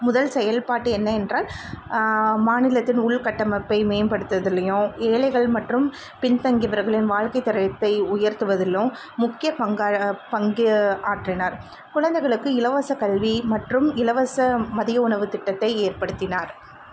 முதல் செயல்பாடு என்ன என்றால் மாநிலத்தின் உள்கட்டமைப்பை மேம்படுத்துதலையும் ஏழைகள் மற்றும் பின்தங்கியவர்களின் வாழ்க்கை தரத்தை உயர்த்துவதிலும் முக்கிய பங்காக பங்கு ஆற்றினார் குழந்தைகளுக்கு இலவச கல்வி மற்றும் இலவச மதிய உணவு திட்டத்தை ஏற்படுத்தினார்